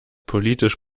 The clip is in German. politisch